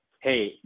Hey